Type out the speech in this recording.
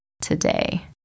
today